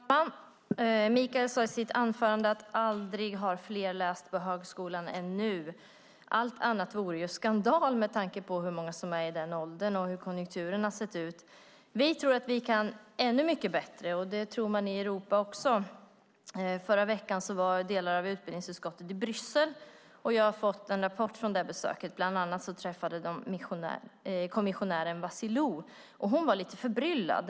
Herr talman! Michael sade i sitt anförande att aldrig har fler läst på högskolan än nu. Allt annat vore ju skandal med tanke på hur många som är i den åldern och hur konjunkturen har sett ut. Vi tror att vi kan ännu mycket bättre, och det tror man i Europa också. I förra veckan var delar av utbildningsutskottet i Bryssel, och jag har fått en rapport från besöket. Bland annat träffade de kommissionären Vassiliou, och hon var lite förbryllad.